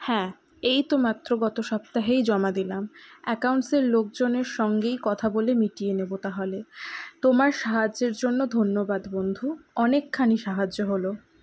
হ্যাঁ এই তো মাত্র গত সপ্তাহেই জমা দিলাম অ্যাকাউন্টসের লোকজনের সঙ্গেই কথা বলে মিটিয়ে নেব তাহলে তোমার সাহায্যের জন্য ধন্যবাদ বন্ধু অনেকখানি সাহায্য হলো